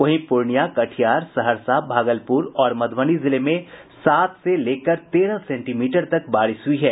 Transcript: वहीं पूर्णिया कटिहार सहरसा भागलपुर और मधुबनी जिले में सात से लेकर तेरह सेंटीमीटर तक बारिश हुई है